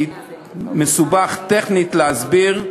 מסובך טכנית להסביר,